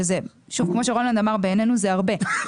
שזה שוב כמו שרולנד אמר בעינינו זה הרבה,